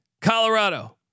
Colorado